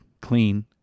clean